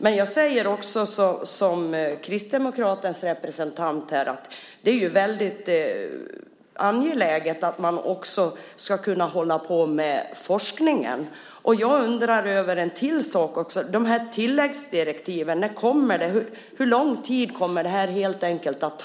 Men jag säger som Kristdemokraternas representant här - det är angeläget att också kunna hålla på med forskning. Jag undrar också över en annan sak: När kommer tilläggsdirektiven? Hur lång tid kommer det här att ta, helt enkelt?